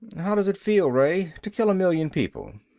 how does it feel, ray, to kill a million people?